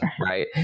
Right